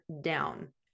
down